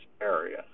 area